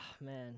man